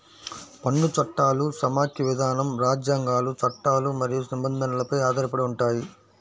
పన్ను చట్టాలు సమాఖ్య విధానం, రాజ్యాంగాలు, చట్టాలు మరియు నిబంధనలపై ఆధారపడి ఉంటాయి